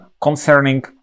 concerning